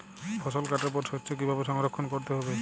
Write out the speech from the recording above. ফসল কাটার পর শস্য কীভাবে সংরক্ষণ করতে হবে?